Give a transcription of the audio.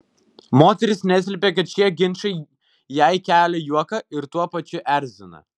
moteris neslepia kad šie ginčai jai kelia juoką ir tuo pačiu erzina